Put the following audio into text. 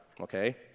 okay